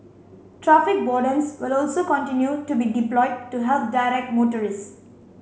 traffic wardens will also continue to be deployed to help direct motorists